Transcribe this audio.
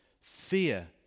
Fear